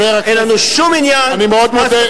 אין לנו שום עניין, אני מאוד מודה.